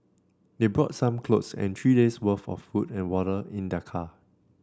they brought some clothes and three days' worth of food and water in their car